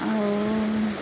ଆଉ